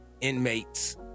inmates